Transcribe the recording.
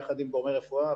יחד עם גורמי רפואה,